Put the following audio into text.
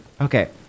Okay